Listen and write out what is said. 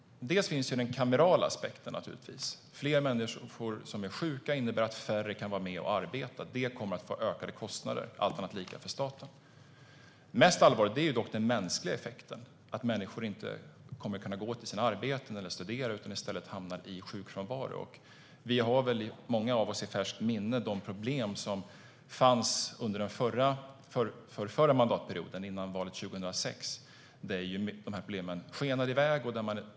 Ett är naturligtvis den kamerala aspekten. Fler människor som är sjuka innebär att färre kan vara med och arbeta. Det kommer att innebära ökade kostnader för staten. Mest allvarligt är dock den mänskliga effekten, alltså att människor inte kommer att kunna gå till sina arbeten eller studera utan i stället blir sjukfrånvarande. Många av oss har nog i färskt minne de problem som fanns under den förrförra mandatperioden, före valet 2006. Då skenade dessa problem iväg.